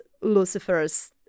Lucifer's